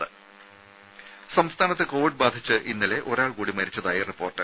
രുമ സംസ്ഥാനത്ത് കോവിഡ് ബാധിച്ച് ഇന്നലെ ഒരാൾകൂടി മരിച്ചതായി റിപ്പോർട്ട്